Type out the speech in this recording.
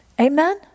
Amen